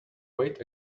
wait